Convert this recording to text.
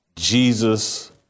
Jesus